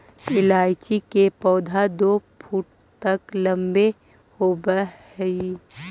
इलायची के पौधे दो फुट तक लंबे होवअ हई